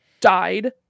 died